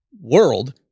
world